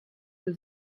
für